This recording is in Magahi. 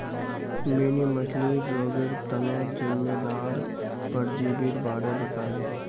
मिनी मछ्लीर रोगेर तना जिम्मेदार परजीवीर बारे बताले